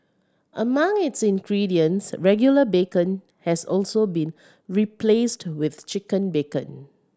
among its ingredients regular bacon has also been replaced with chicken bacon